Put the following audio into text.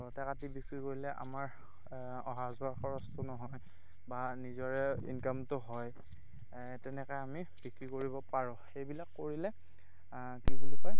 ঘৰতে কাটি বিক্ৰী কৰিলে আমাৰ অহা যোৱা খৰচটো নহয় বা নিজৰে ইনকামটো হয় তেনেকৈ আমি বিক্ৰী কৰিব পাৰোঁ সেইবিলাক কৰিলে কি বুলি কয়